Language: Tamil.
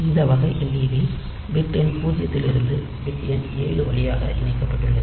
இந்த வகை led பிட் எண் பூஜ்ஜியத்திலிருந்து பிட் எண் ஏழு வழியாக இணைக்கப்பட்டுள்ளது